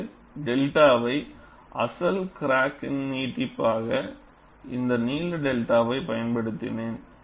இங்கு 𝚫வை அசல் கிராக் இன் நீட்டிப்பாக இந்த நீள 𝚫வைப் பயன்படுத்தினேன்